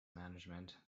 management